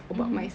mmhmm